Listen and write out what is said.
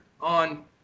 on